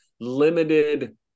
limited